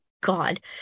God